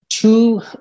two